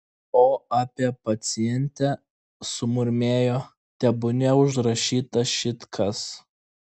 o apie pacientę sumurmėjo tebūnie užrašyta šit kas